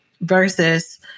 Versus